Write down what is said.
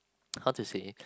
how to say